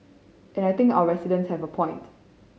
and I think our residents have a point